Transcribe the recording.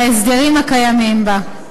על ההסדרים הקיימים בה.